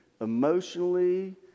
emotionally